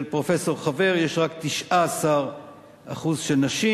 של פרופסור חבר, יש רק 19% נשים.